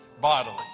bodily